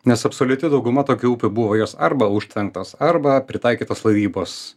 nes absoliuti dauguma tokių upių buvo jos arba užtvenktos arba pritaikytos laivybos